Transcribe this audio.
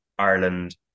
Ireland